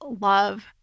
love